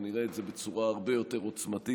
נראה את זה בצורה הרבה יותר עוצמתית,